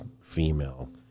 female